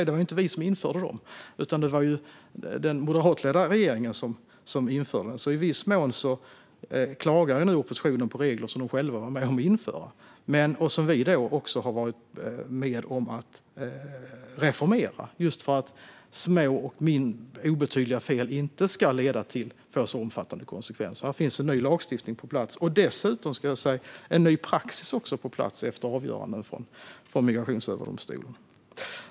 Det var inte vi utan den moderatledda regeringen som införde dem, så i viss mån klagar nu oppositionen på regler som de själva var med och införde och som vi har varit med och reformerat, just för att små och obetydliga fel inte ska få så omfattande konsekvenser. Här finns en ny lagstiftning på plats. Dessutom finns en ny praxis på plats efter avgöranden i Migrationsöverdomstolen.